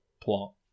plot